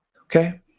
Okay